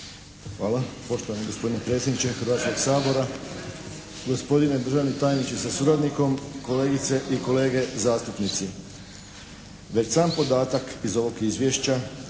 Hvala poštovani predsjedniče Hrvatskog sabora. Gospodine državni tajniče sa suradnikom, kolegice i kolege zastupnici. Već sam podatak iz ovog Izvješća